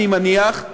אני מניח,